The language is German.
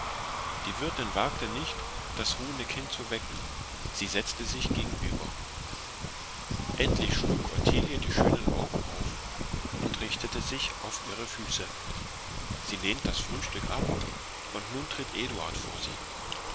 die wirtin wagte nicht das ruhende kind zu wecken sie setzte sich gegenüber endlich schlug ottilie die schönen augen auf und richtete sich auf ihre füße sie lehnt das frühstück ab und nun tritt eduard vor sie